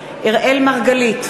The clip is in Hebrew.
בעד אראל מרגלית,